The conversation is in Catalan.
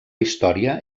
història